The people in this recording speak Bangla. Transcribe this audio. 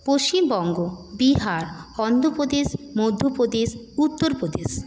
পশ্চিমবঙ্গ বিহার অন্ধ্র প্রদেশ মধ্য প্রদেশ উত্তর প্রদেশ